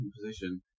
position